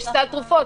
יש סל תרופות.